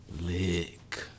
lick